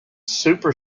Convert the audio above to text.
super